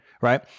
right